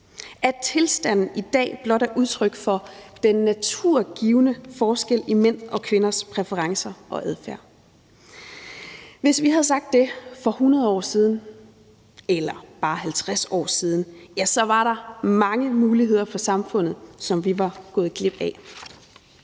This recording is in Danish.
at tilstanden i dag blot er udtryk for den naturgivne forskel i mænds og kvinders præferencer og adfærd. Hvis vi havde sagt det for 100 år siden eller bare 50 år siden, var der mange muligheder for samfundet, som vi var gået glip af.